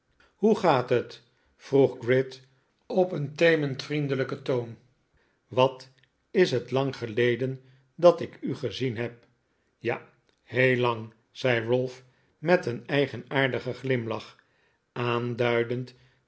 hoe gaat het vroeg gride op een temend vriendelijken toon wat is het lang geleden dat ik u gezien heb ja heel lang zei ralph met een eigenaardigen glimlach aanduidend